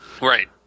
Right